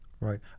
Right